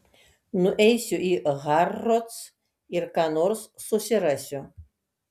nueisiu į harrods ir ką nors susirasiu